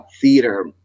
theater